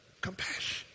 Compassion